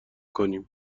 کنیم